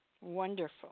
Wonderful